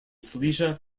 silesia